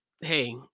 hey –